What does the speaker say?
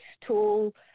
tool